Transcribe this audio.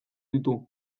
ditu